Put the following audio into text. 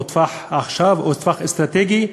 לטווח עכשיו או טווח אסטרטגי,